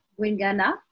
Wingana